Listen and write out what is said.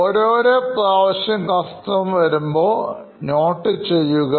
ഓരോ ഓരോ പ്രാവശ്യംകസ്റ്റമർ വരുമ്പോൾ നോട്ട് ചെയ്യുക